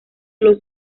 los